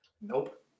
Nope